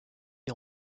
est